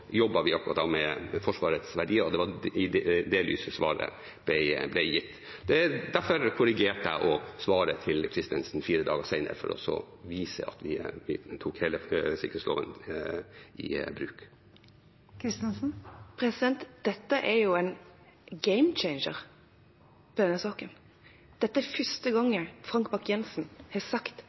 vi med Forsvarets verdier, og det var i det lyset svaret ble gitt. Derfor korrigerte jeg også svaret til Christensen fire dager senere, for å vise at vi tok hele sikkerhetsloven i bruk. Dette er jo en «gamechanger» i denne saken. Dette er første gang Frank Bakke-Jensen har sagt: